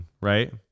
right